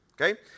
okay